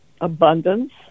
abundance